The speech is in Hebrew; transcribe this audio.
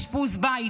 לאשפוז בית,